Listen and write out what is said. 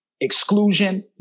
exclusion